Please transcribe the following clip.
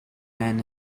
man